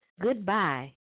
Goodbye